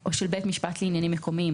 או של בית משפט לעניינים מקומיים